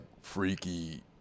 freaky